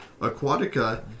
Aquatica